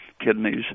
kidneys